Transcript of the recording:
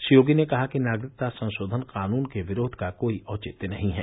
श्री योगी ने कहा कि नागरिकता संशोधन कानून के विरोध का कोई औचित्य नहीं है